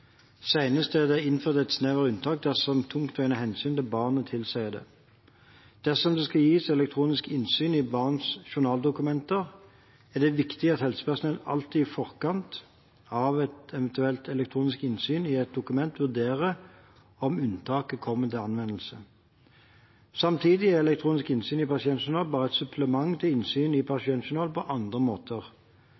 Senest er det innført et snevrere unntak dersom tungtveiende hensyn til barnet tilsier det. Dersom det skal gis elektronisk innsyn i barns journaldokumenter, er det viktig at helsepersonell alltid i forkant av et eventuelt elektronisk innsyn i et dokument vurderer om unntaket kommer til anvendelse. Samtidig er elektronisk innsyn i en pasientjournal bare et supplement til innsyn i